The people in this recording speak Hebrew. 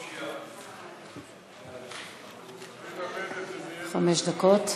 חמש דקות.